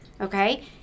okay